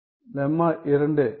lemma 2